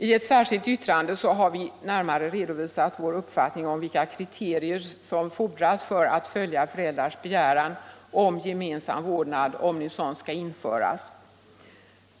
I ett särskilt yttrande har vi närmare redovisat vår uppfattning om vilka kriterier som fordras för att följa föräldrars begäran om gemensam vårdnad, om nu sådan skall införas.